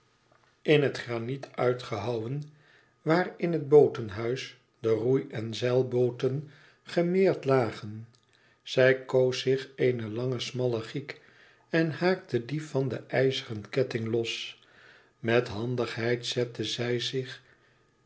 in het graniet uitgehouwen waar in een bootenhuis de roei en zeilbooten gemeerd lagen zij koos zich een lange smalle giek en haakte die van de ijzeren ketting los met handigheid zette zij zich